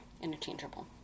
interchangeable